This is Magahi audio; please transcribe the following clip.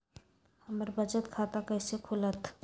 हमर बचत खाता कैसे खुलत?